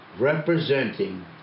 representing